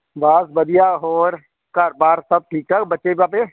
ਬਸ ਵਧੀਆ ਹੋਰ ਘਰ ਬਾਰ ਸਭ ਠੀਕ ਠਾਕ ਬੱਚੇ ਬਾਬੇ